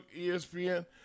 ESPN